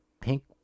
Pink